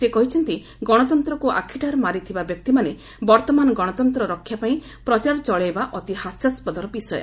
ସେ କହିଛନ୍ତି ଗଣତନ୍ତ୍ରକ୍ ଆଖଠାର ମାରିଥିବା ବ୍ୟକ୍ତିମାନେ ବର୍ତ୍ତମାନ ଗଣତନ୍ତ୍ର ରକ୍ଷାପାଇଁ ପ୍ରଚାର ଚଳାଇବା ଅତି ହାସ୍ୟାସ୍କଦର ବିଷୟ